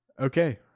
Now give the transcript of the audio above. Okay